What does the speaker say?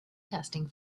testing